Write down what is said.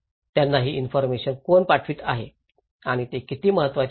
त्यांना ही इन्फॉरमेशन कोण पाठवित आहे आणि ते किती महत्त्वाचे आहे